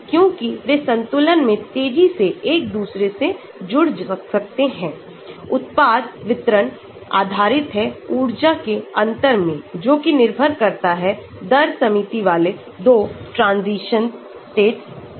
क्योंकि वे संतुलन में तेजी से एक दूसरे से जुड़ सकते हैं उत्पाद वितरणआधारित है ऊर्जाके अंतरमेंजोकिनिर्भर करता है दर सीमित वाले 2 transition states पर